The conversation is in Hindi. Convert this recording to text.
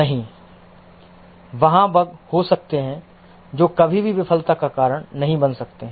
नहीं वहाँ बग हो सकते हैं जो कभी भी विफलता का कारण नहीं बन सकते हैं